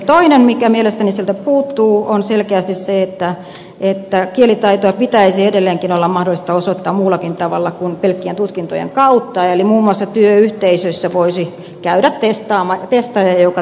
toinen mikä mielestäni hallituksen esityksestä ja perustuslakivaliokunnan mietinnöstä puuttuu on selkeästi se että kielitaitoa pitäisi edelleenkin olla mahdollista osoittaa muullakin tavalla kuin pelkkien tutkintojen kautta eli työyhteisössä voisi muun muassa käydä testaaja joka testaisi kielitaitoa